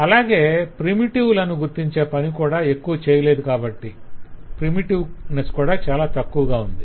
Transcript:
అలాగే ప్రిమిటివ్ లను గుర్తించే పని కూడా ఎక్కువ చేయలేదు కాబట్టి ప్రిమిటివ్నెస్ కూడా చాలా తక్కువగా ఉంది